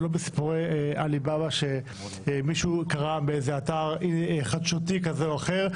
ולא בסיפורי עלי באבא שמישהו קרא באיזה אתר חדשותי כזה או אחר.